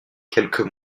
quelques